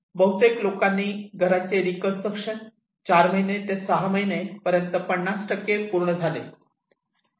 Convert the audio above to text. बहुतेक घरांचे रीकन्स्ट्रक्शन 4 महिने ते 6 महिन्यांपर्यंत 50 पूर्ण झाले